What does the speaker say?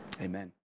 Amen